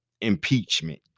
impeachment